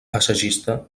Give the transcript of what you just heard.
assagista